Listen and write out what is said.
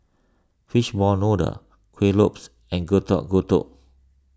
Fishball Noodle Kuih Lopes and Getuk Getuk